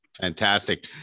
fantastic